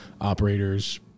operators